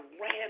ran